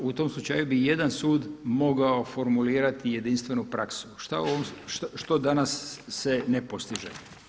U tom slučaju bi jedan sud mogao formulirati jedinstvenu praksu što danas se ne postiže.